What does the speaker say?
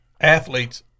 athletes